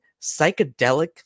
psychedelic